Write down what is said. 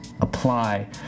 apply